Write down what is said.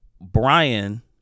Brian